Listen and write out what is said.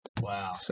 Wow